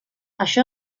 això